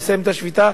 לסיים את השביתה,